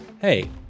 hey